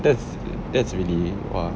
that's that's really uh